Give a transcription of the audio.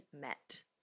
met